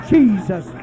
Jesus